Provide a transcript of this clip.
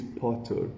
potter